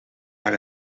naar